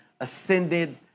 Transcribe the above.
ascended